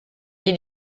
gli